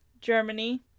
Germany